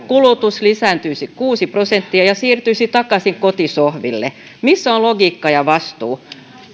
kulutus lisääntyisi kuusi prosenttia ja siirtyisi takaisin kotisohville missä on logiikka ja vastuu